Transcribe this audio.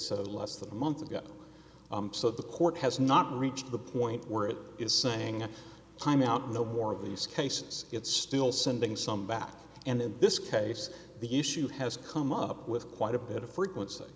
so less than a month ago so the court has not reached the point where it is saying a time out no more of these cases it's still sending some back and in this case the issue has come up with quite a bit of frequency